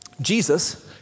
Jesus